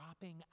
dropping